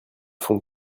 font